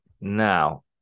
Now